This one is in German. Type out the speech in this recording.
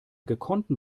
gekonnten